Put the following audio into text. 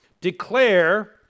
Declare